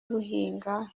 guhinga